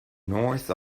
north